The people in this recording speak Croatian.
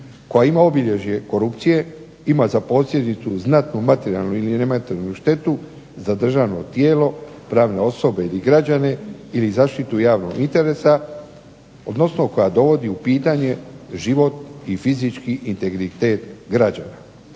koja ima obilježje korupcije, ima za posljedicu znatnu materijalnu ili nematerijalnu štetu za državno tijelo, pravne osobe ili građane ili zaštitu javnog interesa odnosno koja dovodi u pitanje život i fizički integritet građana.